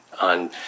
on